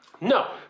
No